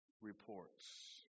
reports